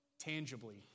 tangibly